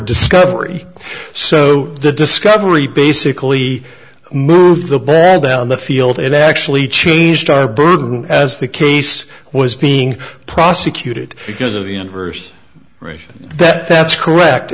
discovery so the discovery basically moved the bed down the field and actually changed our burden as the case was being prosecuted because of the inverse ratio that that's correct